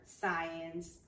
science